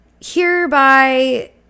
hereby